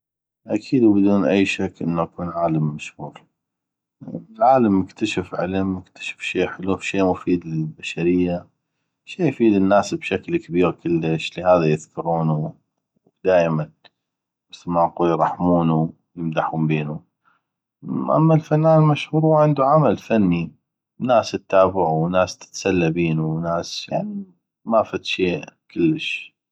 اكيد وبدون اي شك انو اكون عالم مشهور لان العالم مكتشف علم مكتشف شي حلو شي مفيد للبشرية شي يفيد الناس بشكل كبيغ كلش لهذا يذكرونو ودايما مثل ما نقول يرحمونو ويمدحون بينو اما الفنان المشهور هو عندو عمل فني ناس تتابعو ناس تتسلى بينو يعني مافد شي كلش